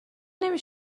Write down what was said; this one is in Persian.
نمی